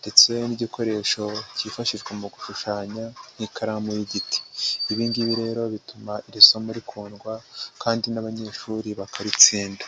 ndetse n'igikoresho cyifashishwa mu gushushanya nk'ikaramu y'igiti. Ibi ngibi rero bituma iri somo rikundwa kandi n'abanyeshuri bakaritsinda.